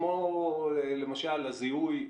כמו למשל הזיהוי,